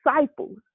disciples